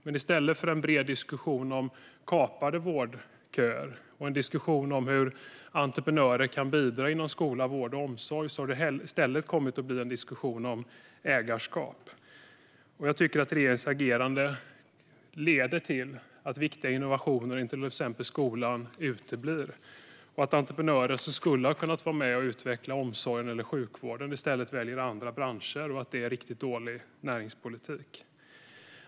Men i stället för en bred diskussion om kapade vårdköer och en diskussion om hur entreprenörer kan bidra inom skola, vård och omsorg har det kommit att bli en diskussion om ägarskap. Jag tror att regeringens agerande leder till att viktiga innovationer i till exempel skolan uteblir och att entreprenörer som skulle ha kunnat vara med och utveckla omsorgen eller sjukvården i stället väljer andra branscher. Det är riktigt dålig näringspolitik.